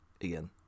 again